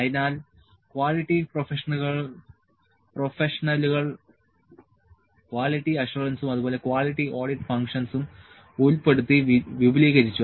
അതിനാൽ ക്വാളിറ്റി പ്രൊഫഷണലുകൾ ക്വാളിറ്റി അഷ്വറൻസും അതുപോലെ ക്വാളിറ്റി ഓഡിറ്റ് ഫങ്ക്ഷൻസും ഉൾപ്പെടുത്തി വിപുലീകരിച്ചു